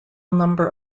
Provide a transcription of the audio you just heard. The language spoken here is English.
number